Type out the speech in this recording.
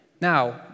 Now